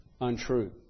untrue